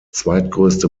zweitgrößte